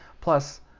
Plus